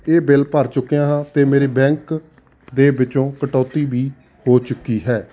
ਇਹ ਬਿੱਲ ਭਰ ਚੁੱਕਿਆਂ ਹਾਂ ਅਤੇ ਮੇਰੀ ਬੈਂਕ ਦੇ ਵਿੱਚੋਂ ਕਟੌਤੀ ਵੀ ਹੋ ਚੁੱਕੀ ਹੈ